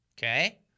Okay